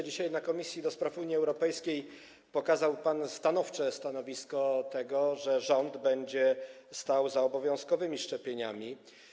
Dzisiaj w Komisji do Spraw Unii Europejskiej przedstawił pan stanowcze stanowisko, że rząd będzie stał za obowiązkowymi szczepieniami.